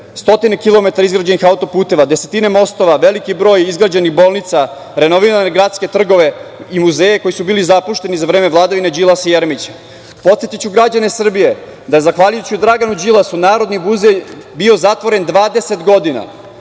izgrađenih autoputeva, desetine mostova, veliki broj izgrađenih bolnica, renovirane gradske trgove i muzeje koji su bili zapušteni za vreme vladavine Đilasa i Jeremića. Podsetiću građane Srbije da zahvaljujući Draganu Đilasu Narodni muzej je bio zatvoren 20 godina.